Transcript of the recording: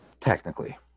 Technically